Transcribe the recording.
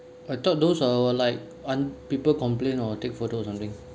I thought those were like un~ people complain or take photos something